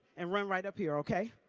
and run right up here, okay?